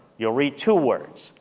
you'll read two words,